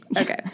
Okay